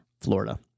Florida